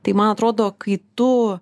tai man atrodo kai tu